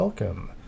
Welcome